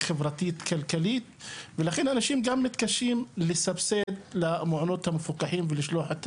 חברתית-כלכלית ולכן אנשים גם מתקשים לסבסד למעונות המפוקחים ולשלוח את